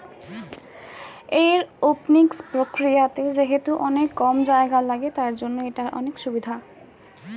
aeroponics প্রক্রিয়াতে যেহেতু অনেক কম জায়গা লাগে, তার জন্য এটার অনেক সুভিধা